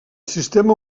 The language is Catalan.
sistema